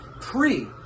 pre